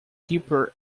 deeper